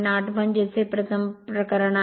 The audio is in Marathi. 8 म्हणजे हे प्रथम प्रकरण आहे